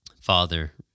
Father